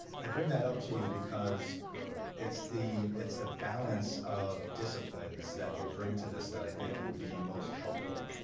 i bring that up to you because it's the it's the balance of disciplines that we bring to this that i think will be most helpful